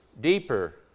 deeper